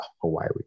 hawaii